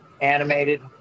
animated